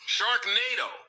Sharknado